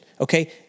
okay